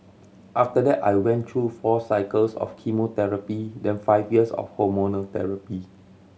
after that I went through four cycles of chemotherapy then five years of hormonal therapy